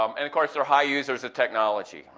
um and of course they're high users of technology, right?